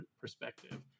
perspective